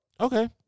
Okay